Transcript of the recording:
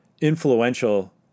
influential